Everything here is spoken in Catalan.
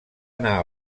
anar